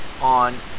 on